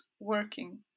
working